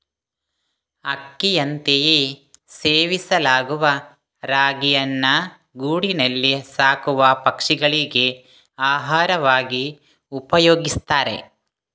ಅಕ್ಕಿಯಂತೆಯೇ ಸೇವಿಸಲಾಗುವ ರಾಗಿಯನ್ನ ಗೂಡಿನಲ್ಲಿ ಸಾಕುವ ಪಕ್ಷಿಗಳಿಗೆ ಆಹಾರವಾಗಿ ಉಪಯೋಗಿಸ್ತಾರೆ